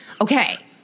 Okay